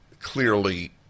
Clearly